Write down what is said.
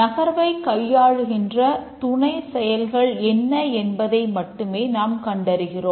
நகர்வைக் கையாளுகின்ற துணை செயல்கள் என்ன என்பதை மட்டுமே நாம் கண்டறிகிறோம்